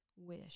wish